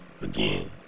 again